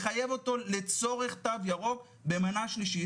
לחייב אותו לצורך תו ירוק במנה שלישית?